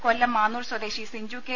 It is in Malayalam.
കൊല്ലം മാന്നൂർ സ്വദേശി സിഞ്ചു കെ